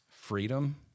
freedom